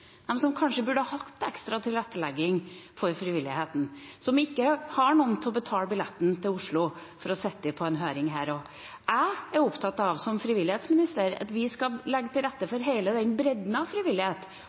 dem som kanskje burde hatt ekstra tilrettelegging for frivilligheten, som ikke har noen til å betale billetten for seg til Oslo for å sitte i høring her. Jeg er som frivillighetsminister opptatt av at vi skal legge til rette